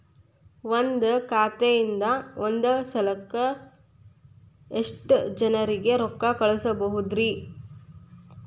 ಒಂದ್ ಖಾತೆಯಿಂದ, ಒಂದ್ ಸಲಕ್ಕ ಎಷ್ಟ ಜನರಿಗೆ ರೊಕ್ಕ ಕಳಸಬಹುದ್ರಿ?